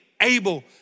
able